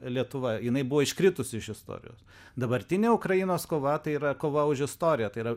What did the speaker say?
lietuva jinai buvo iškritusi iš istorijos dabartinė ukrainos kova tai yra kova už istoriją tai yra